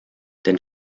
denn